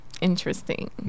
interesting